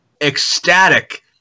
ecstatic